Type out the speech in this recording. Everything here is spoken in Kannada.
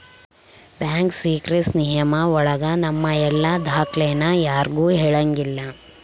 ಬ್ಯಾಂಕ್ ಸೀಕ್ರೆಸಿ ನಿಯಮ ಒಳಗ ನಮ್ ಎಲ್ಲ ದಾಖ್ಲೆನ ಯಾರ್ಗೂ ಹೇಳಂಗಿಲ್ಲ